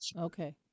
okay